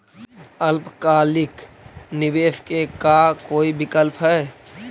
अल्पकालिक निवेश के का कोई विकल्प है?